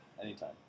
Anytime